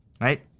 right